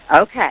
Okay